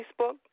Facebook